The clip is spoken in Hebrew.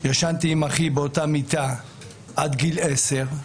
ישנתי עם אחי באותה מיטה עד גיל עשר,